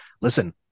listen